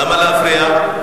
למה להפריע?